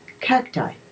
cacti